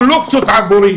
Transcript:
הוא לוקסוס עבורי.